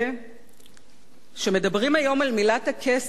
שמדברים היום על מילת הקסם "משילות",